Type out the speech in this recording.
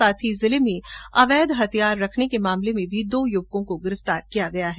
साथ ही जिले में अवैध हथियार रखने के मामले में भी दो युवकों को गिरफ्तार किया है